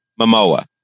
Momoa